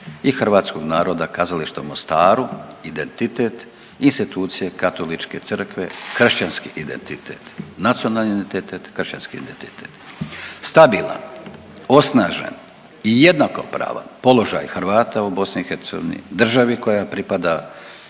i hrvatskog naroda kazalište u Mostaru identitet i institucije Katoličke crkve, kršćanski identitet. Nacionalni identitet, kršćanski identitet. Stabilan, osnažen i jednakopravan položaj Hrvata u BiH, državi koja pripada